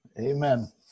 Amen